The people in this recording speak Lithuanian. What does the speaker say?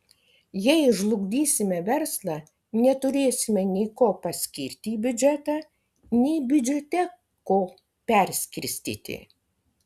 jei žlugdysime verslą neturėsime nei ko paskirti į biudžetą nei biudžete ko perskirstyti